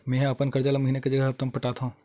मेंहा अपन कर्जा ला महीना के जगह हप्ता मा पटात हव